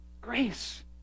Grace